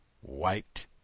White